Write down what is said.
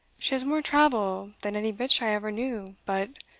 she has more travel than any bitch i ever knew, but